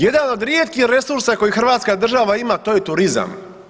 Jedan od rijetkih resursa koji hrvatska država ima to je turizam.